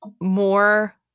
more